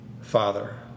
Father